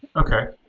okay,